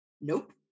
Nope